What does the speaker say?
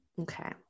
okay